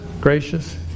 gracious